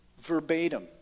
verbatim